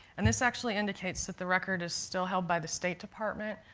and this actually indicates that the record is still held by the state department.